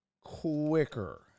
quicker